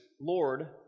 Lord